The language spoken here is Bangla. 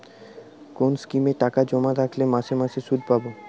কোন স্কিমে টাকা জমা রাখলে মাসে মাসে সুদ পাব?